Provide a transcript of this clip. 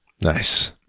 Nice